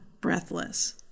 Breathless